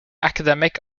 academic